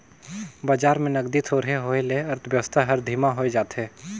बजार में नगदी थोरहें होए ले अर्थबेवस्था हर धीमा होए जाथे